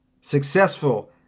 Successful